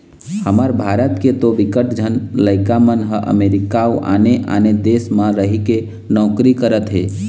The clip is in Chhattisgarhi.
हमर भारत के तो बिकट झन लइका मन ह अमरीका अउ आने आने देस म रहिके नौकरी करत हे